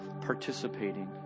participating